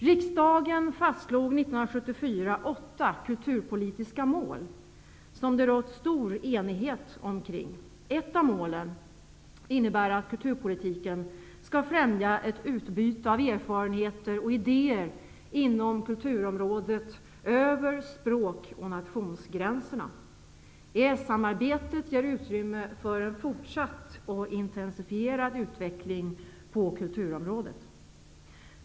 Riksdagen fastställde år 1974 åtta kulturpolitiska mål, som det rått stor enighet omkring. Ett av målen innebär att kulturpolitiken skall främja ett utbyte av erfarenheter och idéer inom kulturområdet över språk och nationsgränserna. EES-samarbetet ger utrymme för en fortsatt och intensifierad utveckling på kulturområdet.